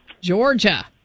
Georgia